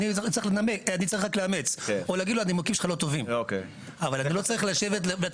אני צריך רק לאמץ או להגיד לו שהנימוקים שלו לא טובים.